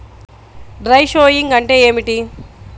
Dry sowing అంటే ఏమిటి?